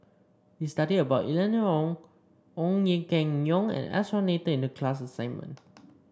we studied about Eleanor Wong Ong Keng Yong and S R Nathan in the class assignment